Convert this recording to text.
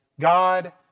God